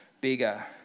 bigger